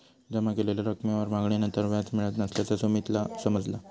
जमा केलेल्या रकमेवर मागणीनंतर व्याज मिळत नसल्याचा सुमीतला समजला